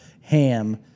ham